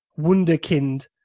wunderkind